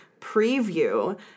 Preview